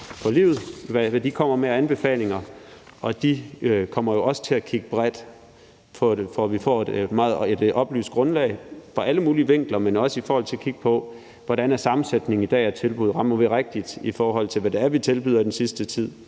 hvad de kommer med af anbefalinger, for de kommer jo også til at kigge bredt på det, så vi får et oplyst grundlag, hvor man ser tingene fra alle mulige vinkler, men også i forhold til at kigge på, hvordan sammensætningen i dag er i forhold til tilbud. Rammer vi rigtigt, i forhold til hvad vi tilbyder i den sidste tid,